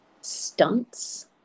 stunts